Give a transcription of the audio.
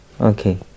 Okay